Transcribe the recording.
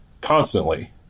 constantly